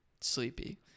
sleepy